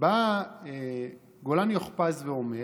בא גולן יוכפז ואומר: